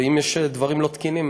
ואם יש דברים לא תקינים,